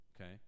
Okay